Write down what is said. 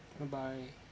bye bye